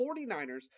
49ers